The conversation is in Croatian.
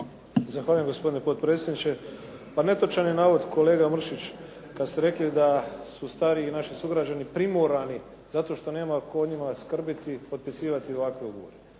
Zahvaljujem gospodine potpredsjedniče. Pa netočan je navod kolega Mršić kada ste rekli da su stariji naši sugrađani primorani zato što nema tko o njima skrbiti i potpisivati ovakve ugovore.